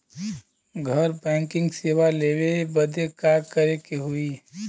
घर बैकिंग सेवा लेवे बदे का करे के होई?